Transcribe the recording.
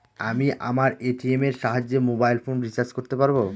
আমি আমার এ.টি.এম এর সাহায্যে মোবাইল ফোন রিচার্জ করতে পারব?